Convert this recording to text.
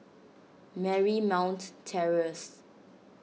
Marymount Terrace